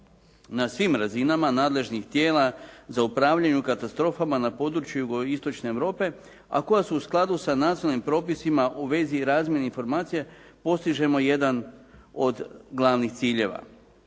na svim razinama nadležnih tijela za upravljanje katastrofama na području jugoistočne Europe, a koja su u skladu sa nacionalnim propisima u vezi razmjene informacija postižemo jedan od glavnih ciljeva.